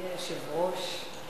אדוני היושב-ראש,